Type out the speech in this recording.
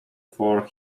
for